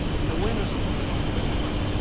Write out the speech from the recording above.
and the winner supposed to cross the finish line,